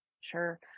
Sure